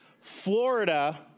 Florida